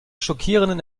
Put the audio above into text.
schockierenden